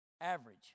average